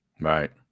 Right